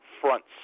fronts